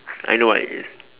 I know what it is